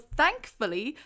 thankfully